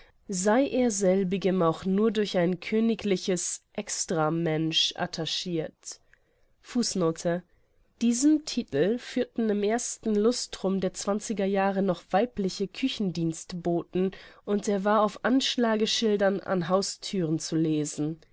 sei er selbigem auch nur durch ein königliches extramensch diesen titel führten im ersten lustrum der zwanziger jahre noch weibliche küchendienstboten und er war auf anschlageschildern an hausthüren zu lesen